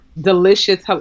delicious